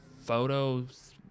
photos